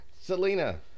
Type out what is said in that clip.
Selena